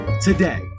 Today